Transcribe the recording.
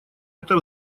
это